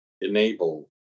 enable